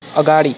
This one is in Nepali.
अगाडि